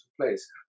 place